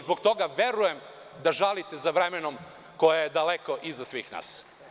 Zbog toga verujem da žalite za vremenom koje je daleko iza svih nas.